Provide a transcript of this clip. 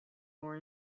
more